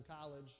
college